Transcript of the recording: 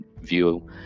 view